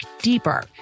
deeper